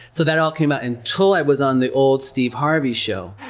so that all came out, until i was on the old steve harvey show